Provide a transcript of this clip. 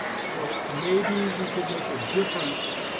so maybe we could make a difference